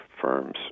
firms